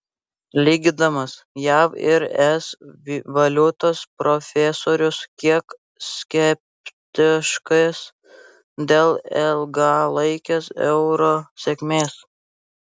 lygindamas jav ir es valiutas profesorius kiek skeptiškas dėl ilgalaikės euro sėkmės